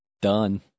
done